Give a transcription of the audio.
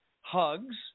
Hugs